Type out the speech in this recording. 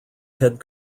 head